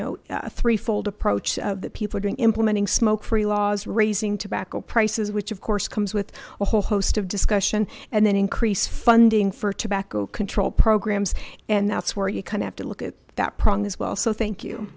know a three fold approach of the people doing implementing smoke free laws raising tobacco prices which of course comes with a whole host of discussion and then increase funding for tobacco control programs and that's where you kind of have to look at that prong as well so thank you